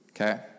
Okay